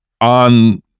on